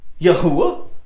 Yahuwah